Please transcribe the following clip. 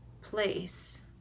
place